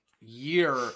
year